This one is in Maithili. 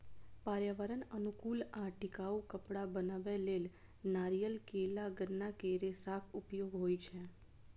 पर्यावरण अनुकूल आ टिकाउ कपड़ा बनबै लेल नारियल, केला, गन्ना के रेशाक उपयोग होइ छै